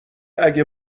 اگه